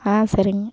ஆ சரிங்க